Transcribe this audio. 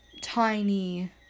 tiny